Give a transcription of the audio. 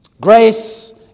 grace